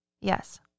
Yes